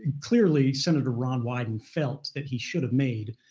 clearly senator ron wyden felt that he should have made,